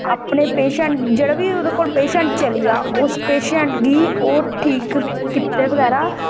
अपने पेंशेट जेहड़ा बी ओहदे कोल पेंशेट चली जा उस पैंशेट गी ओह् ठीक कीते बगेरा